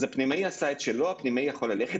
אז הפנימאי עשה את שלו, הפנימאי יכול ללכת.